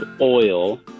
oil